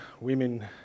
women